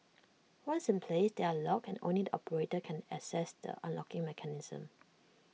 once in place they are locked and only the operator can access the unlocking mechanism